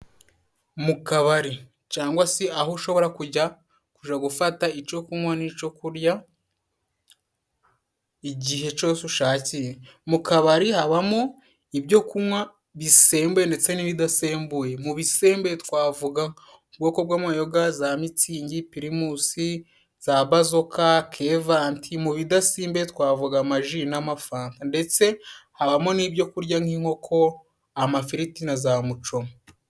Mu kabari, cangwa si aho ushobora kujya, kuja gufata ico kunywa n'ico kurya igihe cose ushakiye. Mu kabari habamo ibyo kunywa bisembuwe ndetse n'ibidasembuwe. Mu bisembuye twavuga ubwoko bw'amayoga za mitsingi, pirimusi, za bazoka, kevanti, mu bidasembuye twavuga amaji n'amafanta. Ndetse habamo n'ibyo kurya nk'inkoko, amafiriti na za mucoma.